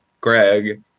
Greg